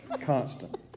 constant